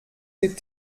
les